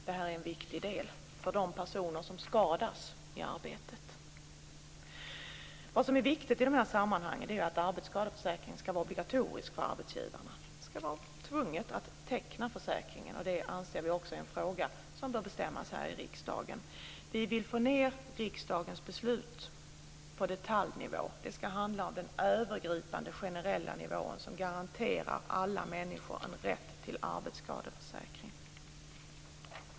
Detta är en viktig del för de personer som skadas i arbetet. Arbetsskadeförsäkringen ska vara obligatorisk för arbetsgivarna. De ska vara tvungna att teckna försäkring. Det är en fråga som bör hanteras av riksdagen. Vi vill få ned riksdagens beslut på detaljnivå. Det ska handla om den övergripande generella nivån som garanterar alla människor en rätt till arbetsskadeförsäkring.